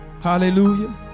Hallelujah